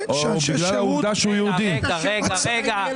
שירות --- קשה עם ביטחון מדינת ישראל.